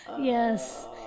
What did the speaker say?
Yes